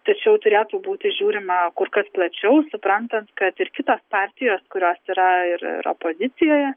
tačiau turėtų būti žiūrima kur kas plačiau suprantant kad ir kitos partijos kurios yra ir ir opozicijoje